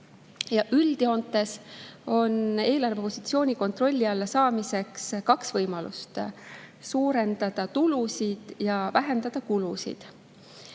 Üldjoontes on eelarvepositsiooni kontrolli alla saamiseks kaks võimalust: suurendada tulusid või vähendada kulusid.